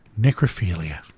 necrophilia